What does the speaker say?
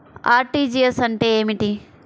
RTGS అంటే ఏమిటి?